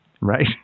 right